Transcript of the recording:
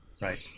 right